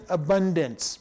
abundance